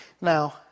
Now